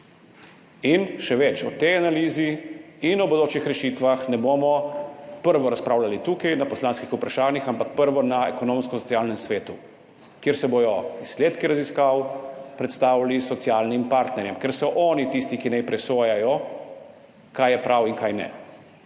In še več, o tej analizi in o bodočih rešitvah ne bomo najprej razpravljali tu pri poslanskih vprašanjih, ampak najprej na Ekonomsko-socialnem svetu, kjer se bodo izsledki raziskav predstavili socialnim partnerjem, ker so oni tisti, ki naj presojajo, kaj je prav in kaj ne.